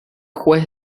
juez